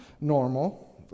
normal